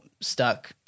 stuck